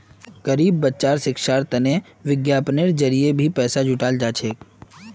गरीब बच्चार शिक्षार तने विज्ञापनेर जरिये भी पैसा जुटाल जा छेक